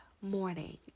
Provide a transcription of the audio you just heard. morning